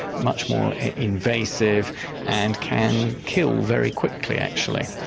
much more invasive and can kill very quickly actually.